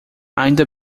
ainda